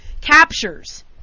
captures